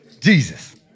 Jesus